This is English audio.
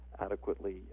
adequately